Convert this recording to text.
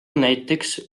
näiteks